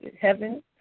heaven